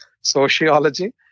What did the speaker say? sociology